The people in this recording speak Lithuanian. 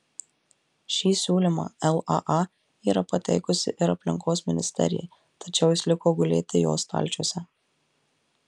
šį siūlymą laa yra pateikusi ir aplinkos ministerijai tačiau jis liko gulėti jos stalčiuose